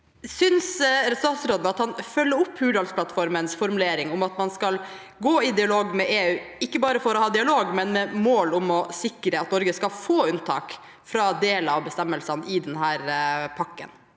Synes statsråden at han følger opp Hurdalsplattformens formulering om at man skal gå i dialog med EU, ikke bare for å ha dialog, men med mål om å sikre at Norge skal få unntak fra deler av bestemmelsen i denne pakken?